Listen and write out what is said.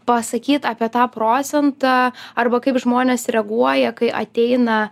pasakyt apie tą procentą arba kaip žmonės reaguoja kai ateina